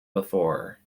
before